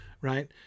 right